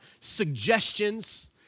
suggestions